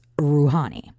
Rouhani